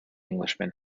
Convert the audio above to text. englishman